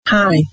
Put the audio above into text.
Hi